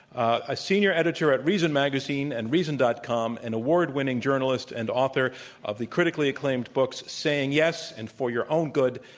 a senior editor at reason magazine and reason. com, an award-winning journalist and author of the critically acclaimed books, saying yes, and for your own good,